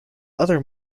other